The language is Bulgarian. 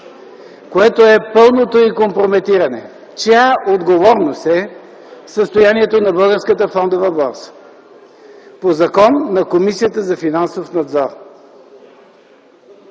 което е пълното й компрометиране! Чия отговорност е състоянието на Българската фондова борса? По закон – на Комисията за финансов надзор.